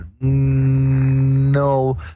No